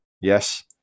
Yes